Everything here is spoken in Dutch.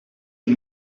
een